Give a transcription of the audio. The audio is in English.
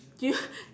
do you